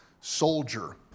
soldier